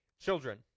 Children